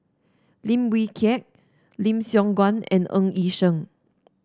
Lim Wee Kiak Lim Siong Guan and Ng Yi Sheng